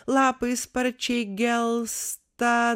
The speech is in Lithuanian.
lapai sparčiai gelsta